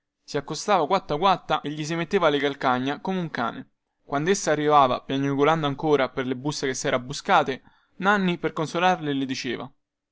si accostava quatta quatta e gli si metteva alle calcagna come un cane quandessa arrivava piagnucolando ancora per le busse che sera buscate allosteria nanni per consolarla le diceva